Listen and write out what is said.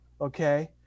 okay